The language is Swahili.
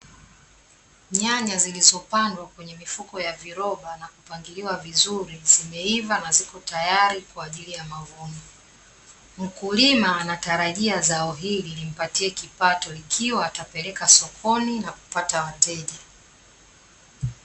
Nyanya zilizopandwa kwenye mifuko ya viroba na kupangiliwa vizuri zimeiva na ziko tayari kwa ajili ya mavuno. Mkulima anatarajia zao hili limpatie kipato, likiwa atapeleka sokoni na kupata wateja.